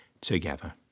together